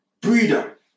breeder